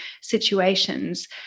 situations